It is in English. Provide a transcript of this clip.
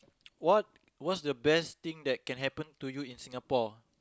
what what's the best thing that can happen to you in Singapore